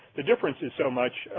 the difference is so much.